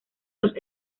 los